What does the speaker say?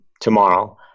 tomorrow